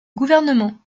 gouvernement